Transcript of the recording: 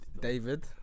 David